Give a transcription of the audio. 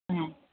ಹ್ಞೂ